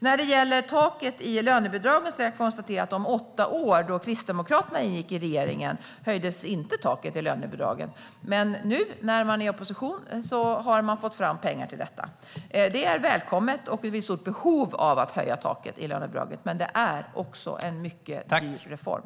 När det gäller taket i lönebidragen vill jag konstatera att under de åtta år då Kristdemokraterna ingick i regeringen höjdes inte taket i lönebidragen. Men nu, när man är i opposition, har man fått fram pengar till detta. Det är välkommet, och det finns ett stort behov av att höja taket i lönebidragen, men det är också en mycket dyr reform.